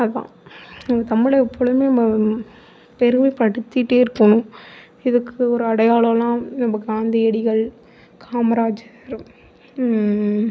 அதான் நம்ம தமிழை எப்பொழுதும் பெருமைப்படுத்திட்டே இருக்கணும் இதுக்கு ஒரு அடையாளம்லாம் நம்ம காந்தியடிகள் காமராஜர்